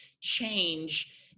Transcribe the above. change